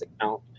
account